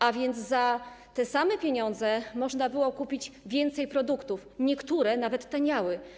A więc za te same pieniądze można było kupić więcej produktów, niektóre nawet taniały.